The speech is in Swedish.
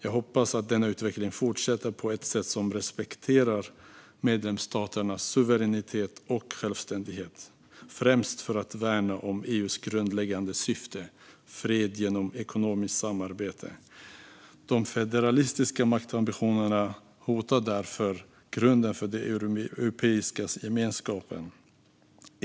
Jag hoppas att denna utveckling fortsätter på ett sätt som respekterar medlemsstaternas suveränitet och självständighet, främst för att värna EU:s grundläggande syfte: fred genom ekonomiskt samarbete. De federalistiska maktambitionerna hotar därför grunden för den europeiska gemenskapen.